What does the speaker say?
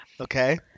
okay